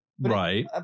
Right